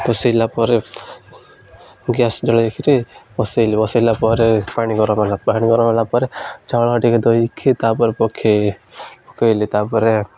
ବସେଇଲା ପରେ ଗ୍ୟାସ୍ ଜଳେଇ କିରି ବସେଇଲି ବସେଇଲା ପରେ ପାଣି ଗରମ ହେଲା ପାଣି ଗରମ ହେଲା ପରେ ଚାଉଳ ଟିକେ ଧୋଇକି ତା'ପରେ ପକେଇ ପକେଇଲି ତା'ପରେ